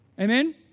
Amen